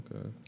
Okay